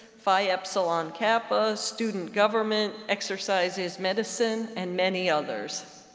phi epsilon kappa, student government, exercises, medicine, and many others.